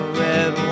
red